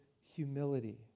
humility